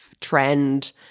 trend